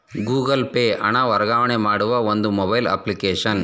Google Pay ಹಣ ವರ್ಗಾವಣೆ ಮಾಡುವ ಒಂದು ಮೊಬೈಲ್ ಅಪ್ಲಿಕೇಶನ್